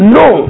no